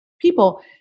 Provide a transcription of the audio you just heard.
People